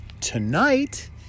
tonight